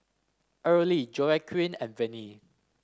Early Joaquin and Venie